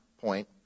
point